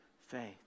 faith